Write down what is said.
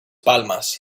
palmas